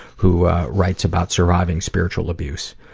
who writes about surviving spiritual abuse.